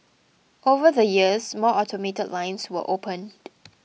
over the years more automated lines were opened